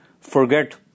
forget